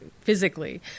physically